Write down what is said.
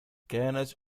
كانت